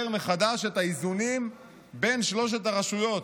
מחדש את האיזונים בין שלוש הרשויות.